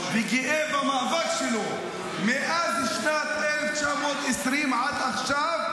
וגאה במאבק שלו מאז שנת 1920 עד עכשיו,